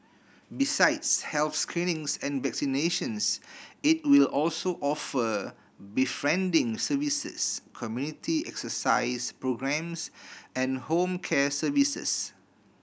besides health screenings and vaccinations it will also offer befriending services community exercise programmes and home care services